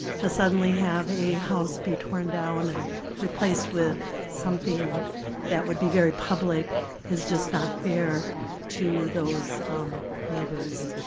to suddenly have a house be torn down and replaced with something that would be very public is just not fair to those neighbors.